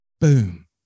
boom